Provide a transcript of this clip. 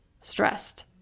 stressed